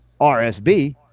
rsb